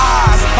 eyes